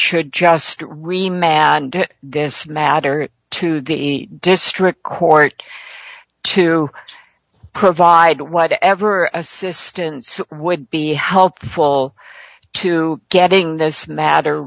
should just remember this matter to the district court to provide whatever assistance would be helpful to getting this matter